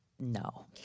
no